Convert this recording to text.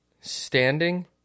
standing